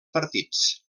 partits